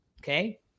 Okay